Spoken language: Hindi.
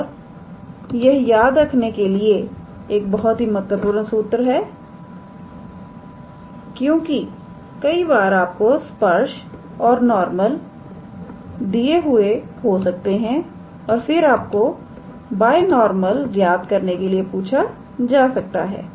और यह याद रखने के लिए एक बहुत ही महत्वपूर्ण सूत्र है क्योंकि कई बार आपको स्पर्श और नॉर्मल दिए हुए हो सकते हैं और फिर आपको बाय नॉर्मल ज्ञात करने के लिए पूछा जा सकता है